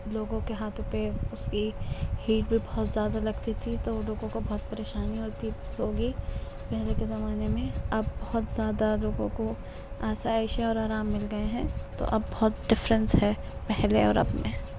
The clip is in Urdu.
لوگوں کے ہاتھوں پہ اس کی ہیٹ بھی بہت زیادہ لگتی تھی تو لوگوں کو بہت پریشانی ہوتی ہوگی پہلے کے زمانے میں اب بہت زیادہ لوگوں کو آسائشیں اور آرام مل گئے ہیں تو اب بہت ڈفرینس ہے پہلے اور اب میں